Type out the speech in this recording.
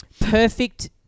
perfect